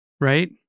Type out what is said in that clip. right